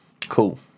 Cool